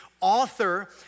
author